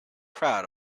crowd